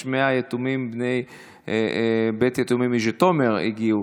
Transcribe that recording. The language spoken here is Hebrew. יש 100 יתומים בני בית יתומים מז'יטומיר שהגיעו.